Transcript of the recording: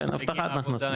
כן הבטחת הכנסה.